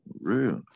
Real